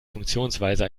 funktionsweise